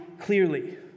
clearly